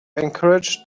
encouraged